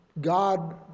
God